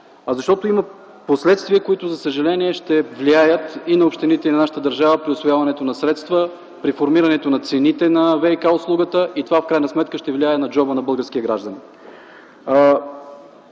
а защото има последствия, които за съжаление ще влияят и на общините, и на нашата държава при усвояването на средства, при формирането на цените на ВиК услугата и това в крайна сметка ще влияе на джоба на българския гражданин.